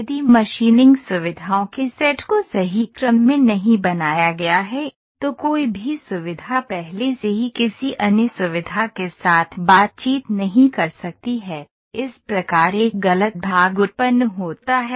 यदि मशीनिंग सुविधाओं के सेट को सही क्रम में नहीं बनाया गया है तो कोई भी सुविधा पहले से ही किसी अन्य सुविधा के साथ बातचीत नहीं कर सकती है इस प्रकार एक गलत भाग उत्पन्न होता है